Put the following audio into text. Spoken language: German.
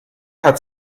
hat